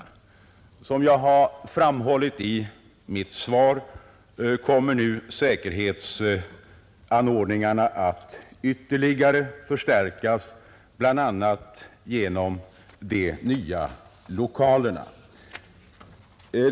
Som jag framhållit i mitt svar kommer emellertid säkerhetsanordningarna nu att förstärkas ytterligare, bl.a. genom de nya lokalerna.